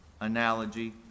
analogy